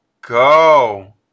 go